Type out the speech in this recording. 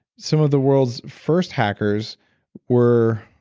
some of the world's first hackers were.